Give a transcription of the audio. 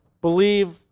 believe